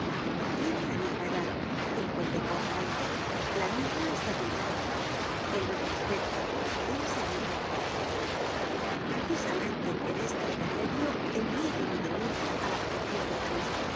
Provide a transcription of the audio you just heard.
tiene la misma edad cincuenta y cuatro años la misma estatura el mismo aspecto es el mismo hombre precisamente en este intermedio envié yo mi denuncia á la prefectura de parís